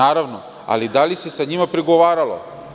Ali, da li se sa njima pregovaralo?